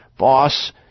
Boss